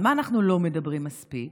על מה אנחנו לא מדברים מספיק?